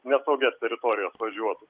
nesaugias teritorijas važiuotų